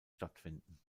stattfinden